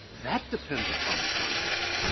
that depends upon the context,